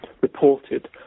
reported